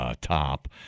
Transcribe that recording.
top